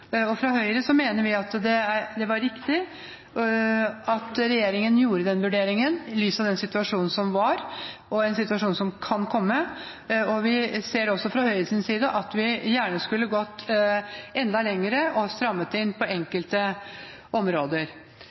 Fra Høyre mener vi at det var riktig at regjeringen gjorde den vurderingen, i lys av den situasjonen som var, og i lys av en situasjon som kan komme. Vi ser også, fra Høyres side, at vi gjerne skulle gått enda lenger og strammet inn på enkelte områder.